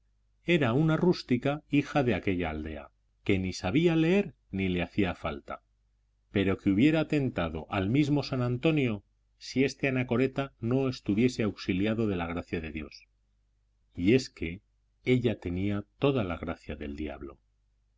era una rústica hija de aquella aldea que ni sabía leer ni le hacía falta pero que hubiera tentado al mismo san antonio si este anacoreta no estuviese auxiliado de la gracia de dios y es que ella tenía toda la gracia del diablo